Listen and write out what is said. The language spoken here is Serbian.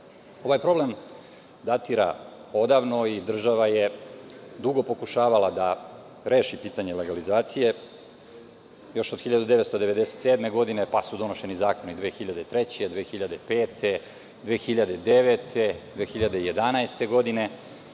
problem datira odavno i država je dugo pokušavala da reši pitanje legalizacije još od 1997. godine, pa su donošeni zakoni 2003, 2005, 2009. i 2011. godine.